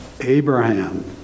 Abraham